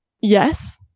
yes